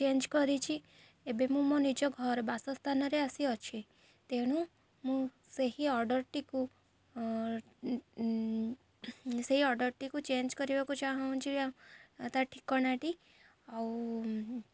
change କରିଛି ଏବେ ମୁଁ ମୋ ନିଜ ଘର ବାସସ୍ଥାନରେ ଆସିଅଛି ତେଣୁ ମୁଁ ସେହି ଅର୍ଡ଼ରଟିକୁ ସେହି ଅର୍ଡ଼ରଟିକୁ ଚେଞ୍ଜ କରିବାକୁ ଚାହୁଁଛି ଆଉ ତା ଠିକଣାଟି ଆଉ